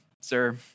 Sir